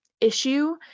issue